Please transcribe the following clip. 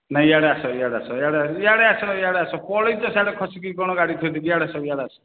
ନାଇଁ ଇଆଡ଼େ ଆସ ଇଆଡ଼େ ଆସ ଇଆଡ଼େ ଆସ ଇଆଡ଼େ ଆସ ଇଆଡ଼େ ଆସ ପଳାଇଛ ସେଆଡ଼େ କ'ଣ ଖସିକି ଗାଡ଼ି ଥୋଇଦେଇକି ଇଆଡ଼େ ଆସ ଇଆଡ଼େ ଆସ